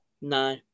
no